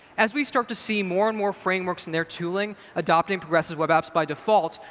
as we start to see more and more frameworks and their tooling adopting progressive web apps by default,